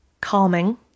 calming